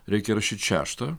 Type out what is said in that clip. reikia rašyt šeštą